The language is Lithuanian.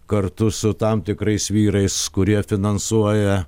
kartu su tam tikrais vyrais kurie finansuoja